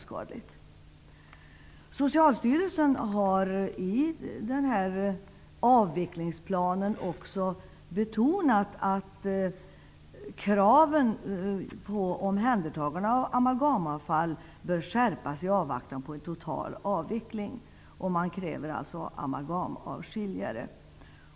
Socialstyrelsen har i avvecklingsplanen betonat att kraven på omhändertagande av amalgamavfall bör skärpas i avvaktan på en total avveckling och kräver amalgamavskiljare.